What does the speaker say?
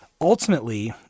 Ultimately